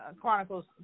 Chronicles